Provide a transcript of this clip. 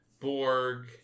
Borg